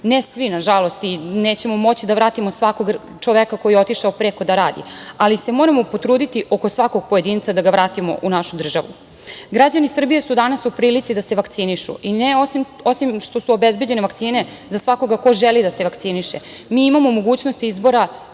ne svi i nećemo moći da vratimo svakog čoveka koji je otišao preko da radi, ali se moramo potruditi oko svakog pojedinca da ga vratimo u našu državu. Građani Srbije su danas u prilici da se vakcinišu i osim što su obezbeđene vakcine za svakog ko želi da se vakciniše, mi imamo mogućnost izbora